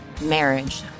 marriage